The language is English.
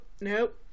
nope